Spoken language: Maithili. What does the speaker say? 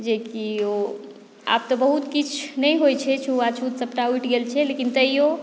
जे कि ओ आब तऽ बहुत किछु नहि होइ छै छुआछूत सभटा उठि गेल छै लेकिन तैयो